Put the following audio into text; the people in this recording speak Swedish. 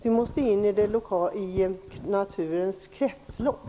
Vi måste in i naturens kretslopp.